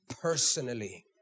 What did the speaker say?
personally